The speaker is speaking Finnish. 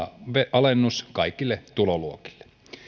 alennus kaikille tuloluokille